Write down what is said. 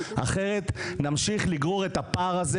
אחרת נמשיך לגרור את הפער הזה.